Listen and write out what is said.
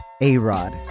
A-Rod